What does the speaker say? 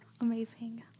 Amazing